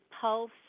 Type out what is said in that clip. pulse